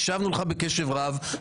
הקשבנו לך בקשב רב,